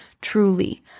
truly